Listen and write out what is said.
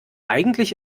eigentlich